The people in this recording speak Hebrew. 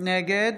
נגד